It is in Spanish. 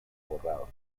borrado